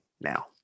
now